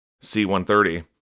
c-130